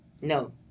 No